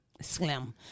Slim